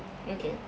okay